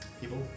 people